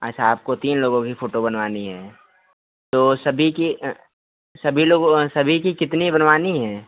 अच्छा आपको तीन लोगों कि फोटो बनवानी है तो सभी की सभी लोगों सभी की कितनी बनवानी है